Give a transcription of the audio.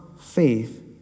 faith